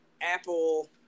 Apple